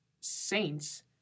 Saints